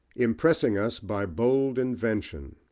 impressing us by bold invention,